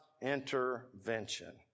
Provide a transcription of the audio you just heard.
intervention